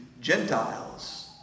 Gentiles